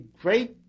great